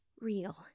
real